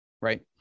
Right